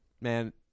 Man